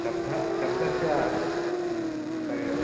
शब्दः शब्दस्य